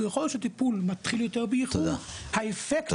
ככל שטיפול מתחיל יותר באיחור האפקט יותר גרוע.